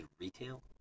retail